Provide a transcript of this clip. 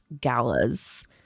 galas